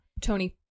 Tony